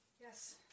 Yes